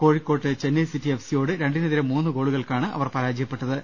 കോഴിക്കോട്ട് Chennai city F സിയോട് രണ്ടിനെ തിരെ മൂന്നുഗോളുകൾക്കാണ് അവർ പർാജയപ്പെട്ടത്